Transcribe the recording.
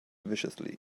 viciously